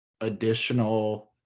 additional